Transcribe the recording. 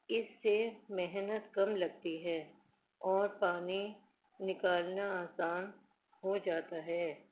اس سے محنت کم لگتی ہے اور پانی نکالنا آسان ہو جاتا ہے